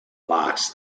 locks